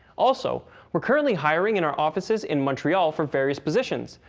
also, we are currently hiring in our offices in montreal for various positions.